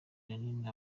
jeannine